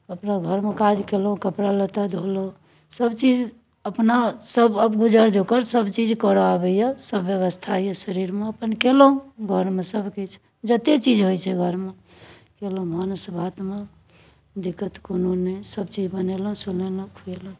अपना घरमे काज कयलहुँ कपड़ा लत्ता धोलहुँ सभचीज अपनासभ आब गुजर जोकर सभचीज करय आबैए सभ व्यवस्था यए शरीरमे अपन कयलहुँ घरमे सभकिछु जतेक चीज होइ छै घरमे कयलहुँ भानस भातमे दिक्कत कोनो नहि सभचीज बनेलहुँ सुनेलहुँ खुएलहुँ